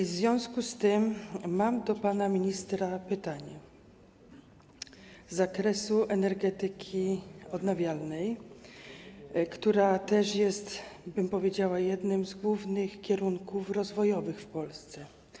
W związku z tym mam do pana ministra pytanie z zakresu energetyki odnawialnej, która też jest, bym powiedziała, jednym z głównych kierunków rozwojowych w Polsce.